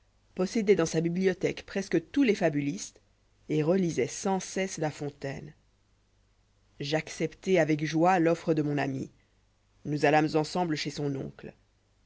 possédoit dans sa bibliothèque presque tous les fabulistes et relisoit sans cesse la fontaine j'acceptai avec joie l'offre de mon ami nous allâmes ensemble chez son v oncle